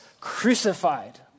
crucified